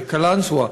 בקלנסואה,